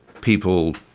people